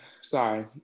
sorry